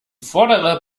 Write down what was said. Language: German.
vordere